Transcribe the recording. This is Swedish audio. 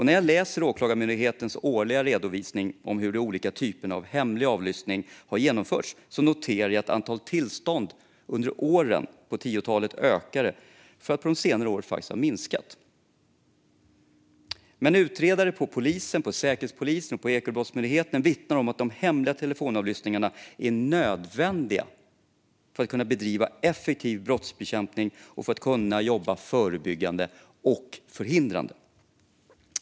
När jag läser Åklagarmyndighetens årliga redovisning av hur de olika typerna av hemlig avlyssning har genomförts noterar jag att antalet tillstånd under åren på 10-talet ökade för att på senare år faktiskt ha minskat. Utredare på polisen, Säkerhetspolisen och Ekobrottsmyndigheten vittnar om att de hemliga telefonavlyssningarna är nödvändiga för att man ska kunna bedriva effektiv brottsbekämpning och för att kunna jobba förebyggande och förhindrande.